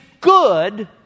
good